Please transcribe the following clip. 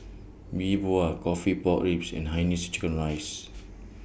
Yi Bua Coffee Pork Ribs and Hainanese Chicken Rice